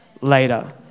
later